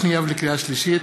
לקריאה שנייה ולקריאה שלישית,